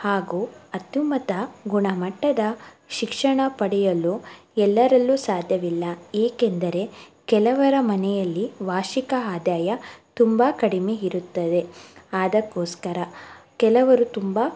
ಹಾಗೂ ಅತ್ಯುನ್ನತ ಗುಣಮಟ್ಟದ ಶಿಕ್ಷಣ ಪಡೆಯಲು ಎಲ್ಲರಲ್ಲೂ ಸಾಧ್ಯವಿಲ್ಲ ಏಕೆಂದರೆ ಕೆಲವರ ಮನೆಯಲ್ಲಿ ವಾರ್ಷಿಕ ಆದಾಯ ತುಂಬ ಕಡಿಮೆ ಇರುತ್ತದೆ ಅದಕ್ಕೋಸ್ಕರ ಕೆಲವರು ತುಂಬ